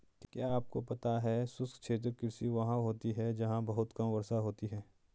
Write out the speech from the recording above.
क्या आपको पता है शुष्क क्षेत्र कृषि वहाँ होती है जहाँ बहुत कम वर्षा होती है?